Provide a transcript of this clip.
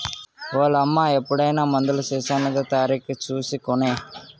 ఓలమ్మా ఎప్పుడైనా మందులు సీసామీద తారీకు సూసి కొనే